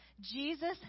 Jesus